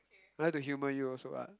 I like to humor you also [what]